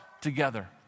together